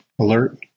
alert